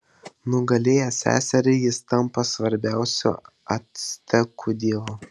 nugalėjęs seserį jis tampa svarbiausiu actekų dievu